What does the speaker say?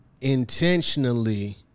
intentionally